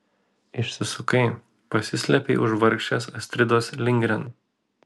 išsisukai pasislėpei už vargšės astridos lindgren